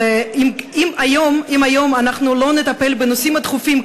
אז אם היום אנחנו לא נטפל בנושאים הדחופים,